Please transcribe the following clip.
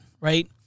right